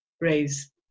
raise